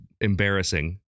embarrassing